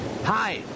Hi